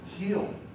heal